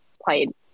played